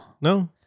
No